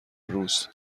روز